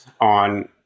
on